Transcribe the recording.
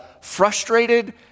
frustrated